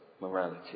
morality